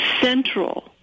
central